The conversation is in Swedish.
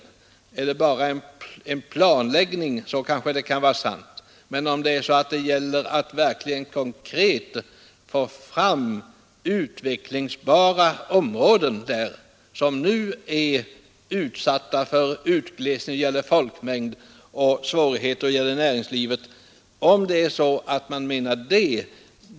Är det bara en planläggning kanske det han anför kan vara sant. Men om det gäller att verkligen konkret få fram utvecklingsbara områden i trakter som nu är utsatta för utglesning när det gäller folkmängden och på grund av svårigheter inom näringslivet, förhåller det sig på ett annat sätt.